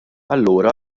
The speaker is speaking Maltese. allura